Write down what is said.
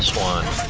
one